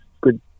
good